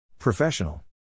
Professional